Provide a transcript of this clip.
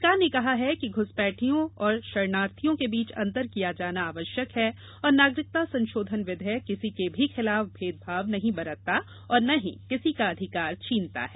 सरकार ने कहा है कि घूसपैठियों और शरणार्थियों के बीच अंतर किया जाना आवश्यक है और नागरिकता संशोधन विधेयक किसी के भी खिलाफ भेदभाव नहीं बरतता और न ही किसी का अधिकार छीनता है